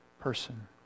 person